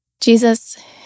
jesus